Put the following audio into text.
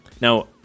Now